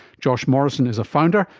josh morrison is a founder,